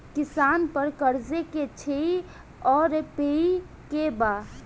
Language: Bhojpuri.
किसान पर क़र्ज़े के श्रेइ आउर पेई के बा?